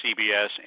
CBS